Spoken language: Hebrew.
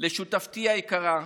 לשותפתי היקרה,